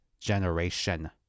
generation